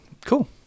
Cool